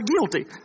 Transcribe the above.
guilty